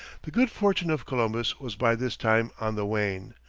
the good fortune of columbus was by this time on the wane.